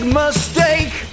mistake